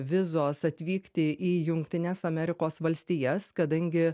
vizos atvykti į jungtines amerikos valstijas kadangi